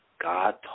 God